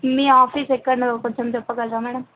మీ office ఎక్కడ కొంచెం చెప్పగలరా మ్యాడమ్